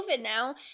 now